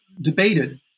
debated